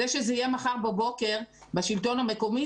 זה שזה יהיה מחר בבוקר בשלטון המקומי,